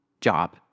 job